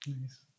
Nice